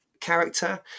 character